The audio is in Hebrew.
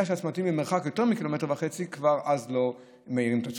אם הצמתים במרחק יותר מ-1.5 ק"מ אז כבר לא מאירים את הצומת.